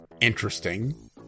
interesting